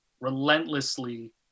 relentlessly